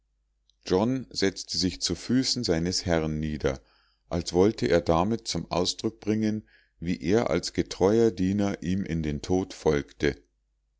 john setzte sich zu füßen seines herrn nieder als wollte er damit zum ausdruck bringen wie er als getreuer diener ihm in den tod folgen